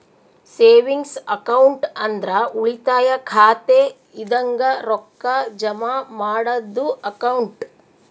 savings account ಅಂದ್ರ ಉಳಿತಾಯ ಖಾತೆ ಇದಂಗ ರೊಕ್ಕಾ ಜಮಾ ಮಾಡದ್ದು ಅಕೌಂಟ್